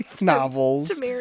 novels